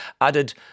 Added